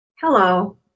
Hello